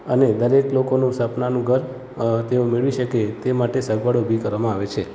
અને દરેક લોકોનું સપનાનું ઘર તેઓ મેળવી શકે તે માટે સગવડ ઉભી કરવામાં આવે છે